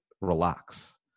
relax